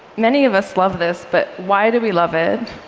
many of us love this, but why do we love it?